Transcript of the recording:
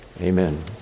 Amen